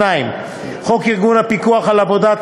2. חוק ארגון הפיקוח על העבודה,